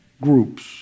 groups